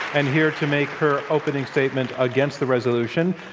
and here to make her opening statement against the resolution,